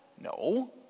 No